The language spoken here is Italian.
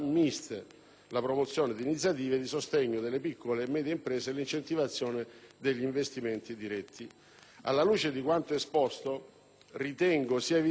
la promozione di iniziative di sostegno delle piccole e medie imprese e l'incentivazione degli investimenti diretti. Alla luce di quanto esposto, ritengo sia evidente